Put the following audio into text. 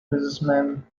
businessman